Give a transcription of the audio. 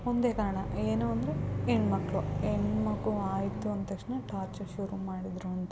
ಒಂದೇ ಕಾರಣ ಏನು ಅಂದರೆ ಹೆಣ್ಮಕ್ಳು ಹೆಣ್ಮಗು ಆಯಿತು ಅಂದ ತಕ್ಷಣ ಟಾರ್ಚರ್ ಶುರು ಮಾಡಿದ್ರು ಅಂತಲೇ